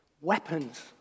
weapons